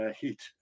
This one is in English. heat